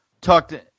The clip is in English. tucked